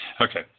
Okay